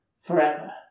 forever